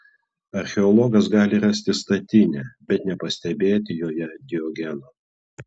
archeologas gali rasti statinę bet nepastebėti joje diogeno